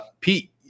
Pete